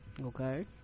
okay